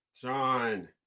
Sean